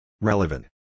Relevant